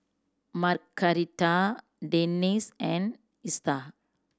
Margaretta Denine and Ester